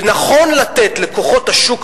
ונכון לתת לכוחות השוק,